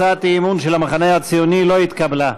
הצעת האי-אמון של המחנה הציוני לא נתקבלה.